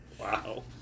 Wow